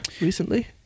recently